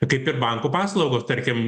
kaip ir bankų paslaugos tarkim